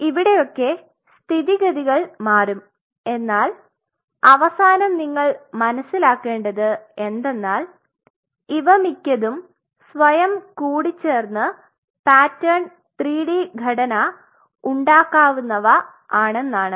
ഇവിടെയൊക്കെ സ്ഥിതിഗതികൾ മാറും എന്നാൽ അവസാനം നിങ്ങൾ മനസിലാക്കേണ്ടത് എന്തെന്നാൽ ഇവ മിക്കതും സ്വയം കൂടിച്ചേർന്ന് പാറ്റേൺ 3D ഘടന ഉണ്ടാകുന്നവ ആണെന്നാണ്